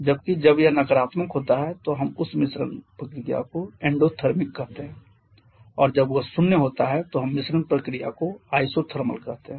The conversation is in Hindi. जबकि जब यह नकारात्मक होता है तो हम उस मिश्रण प्रक्रिया को एंडोथर्मिक कहते हैं और जब वह शून्य होता है तो हम मिश्रण प्रक्रिया को आइसोथर्मल कहते हैं